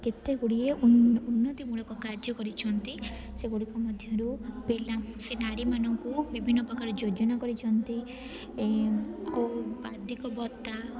କେତେଗୁଡ଼ିଏ ଉନ୍ନତି ମୂଳକ କାର୍ଯ୍ୟ କରିଛନ୍ତି ସେଗୁଡ଼ିକ ମଧ୍ୟରୁ ପିଲା ସେ ନାରୀମାନଙ୍କୁ ବିଭିନ୍ନ ପ୍ରକାର ଯୋଜନା କରିଛନ୍ତି ଓ ବାର୍ଦ୍ଧକ୍ୟ ଭତ୍ତା